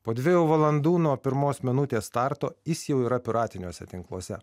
po dviejų valandų nuo pirmos minutės starto jis jau yra piratiniuose tinkluose